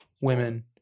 Women